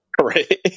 Right